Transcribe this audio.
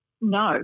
No